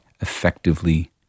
effectively